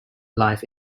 life